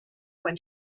when